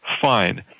Fine